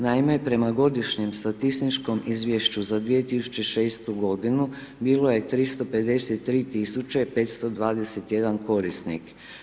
Naime, prema Godišnjem statističkom izvješću za 2006. godinu bilo je 353.521 korisnik.